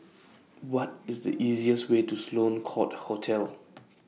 What IS The easiest Way to Sloane Court Hotel